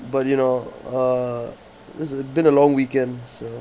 but you know uh it's been a long weekend so